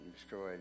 destroyed